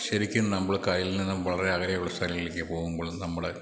ശരിക്കും നമ്മള് കായലിൽ നിന്നും വളരെ അകലെയുള്ള സ്ഥലങ്ങളിലേക്ക് പോകുമ്പോൾ നമ്മള്